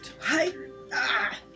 Hi